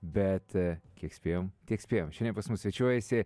bet kiek spėjom tiek spėjom šiandien pas mus svečiuojasi